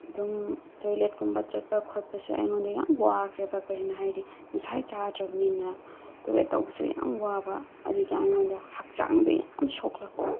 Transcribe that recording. ꯑꯗꯨꯝ ꯇꯣꯏꯂꯦꯠꯀꯨꯝꯕ ꯆꯠꯄ ꯈꯣꯠꯄꯁꯦ ꯑꯩꯉꯣꯟꯗ ꯌꯥꯝ ꯋꯥꯈ꯭ꯔꯦꯕ ꯀꯔꯤꯒꯤꯅꯣ ꯍꯥꯏꯔꯗꯤ ꯉꯁꯥꯏ ꯆꯥꯗ꯭ꯔꯕꯅꯤꯅ ꯇꯣꯏꯂꯦꯠ ꯇꯧꯕꯁꯤ ꯌꯥꯝ ꯋꯥꯕ ꯑꯗꯨꯒꯤ ꯑꯩꯉꯣꯟꯗ ꯍꯛꯆꯥꯡꯗ ꯌꯥꯝ ꯁꯣꯛꯂꯛꯄ